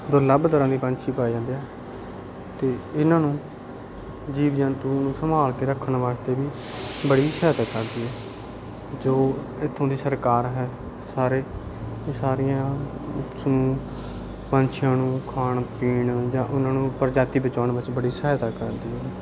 ਦੁਰਲੱਭ ਤਰ੍ਹਾਂ ਦੇ ਪੰਛੀ ਪਾਏ ਜਾਂਦੇ ਹੈ ਅਤੇ ਇਨ੍ਹਾਂ ਨੂੰ ਜੀਵ ਜੰਤੂ ਨੂੰ ਸੰਭਾਲ ਕੇ ਰੱਖਣ ਵਾਸਤੇ ਵੀ ਬੜੀ ਸਹਾਇਤਾ ਕਰਦੀ ਹੈ ਜੋ ਇੱਥੋਂ ਦੀ ਸਰਕਾਰ ਹੈ ਸਾਰੇ ਇਹ ਸਾਰੀਆਂ ਇਸਨੂੰ ਪੰਛੀਆਂ ਨੂੰ ਖਾਣ ਪੀਣ ਜਾਂ ਉਨ੍ਹਾਂ ਨੂੰ ਪ੍ਰਜਾਤੀ ਬਚਾਉਣ ਵਿੱਚ ਬੜੀ ਸਹਾਇਤਾ ਕਰਦੀ ਹੈ